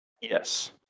Yes